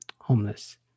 homeless